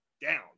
down